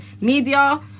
media